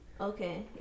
Okay